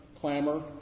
clamor